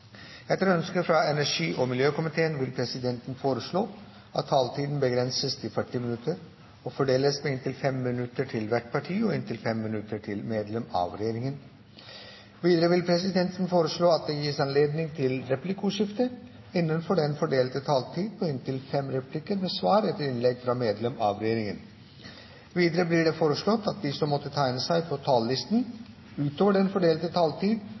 Etter ønske fra energi- og miljøkomiteen vil presidenten foreslå at taletiden begrenses til 40 minutter og fordeles med inntil 5 minutter til hvert parti og inntil 5 minutter til medlem av regjeringen. Videre vil presidenten foreslå at det gis anledning til replikkordskifte på inntil fem replikker med svar etter innlegg fra medlem av regjeringen innenfor den fordelte taletid. Videre blir det foreslått at de som måtte tegne seg på talerlisten utover den fordelte taletid,